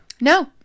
No